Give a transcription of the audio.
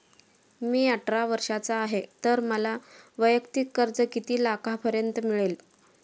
मी अठरा वर्षांचा आहे तर मला वैयक्तिक कर्ज किती लाखांपर्यंत मिळेल?